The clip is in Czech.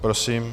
Prosím.